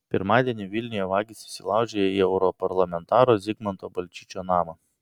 pirmadienį vilniuje vagys įsilaužė į europarlamentaro zigmanto balčyčio namą